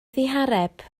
ddihareb